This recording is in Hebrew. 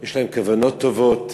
יש להם כוונות טובות.